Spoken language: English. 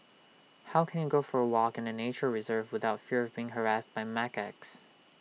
how can you go for A walk in A nature reserve without fear of being harassed by macaques